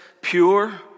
pure